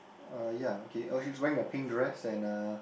uh ya okay oh she's wearing a pink dress and a